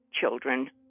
children